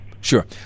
Sure